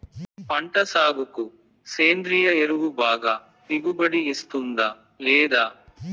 పంట సాగుకు సేంద్రియ ఎరువు బాగా దిగుబడి ఇస్తుందా లేదా